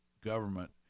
government